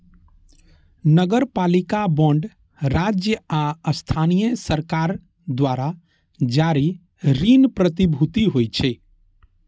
नगरपालिका बांड राज्य आ स्थानीय सरकार द्वारा जारी ऋण प्रतिभूति होइ छै